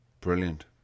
Brilliant